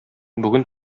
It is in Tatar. бүген